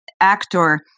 actor